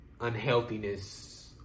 unhealthiness